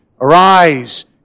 Arise